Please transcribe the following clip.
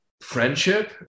friendship